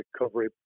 recovery